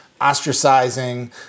ostracizing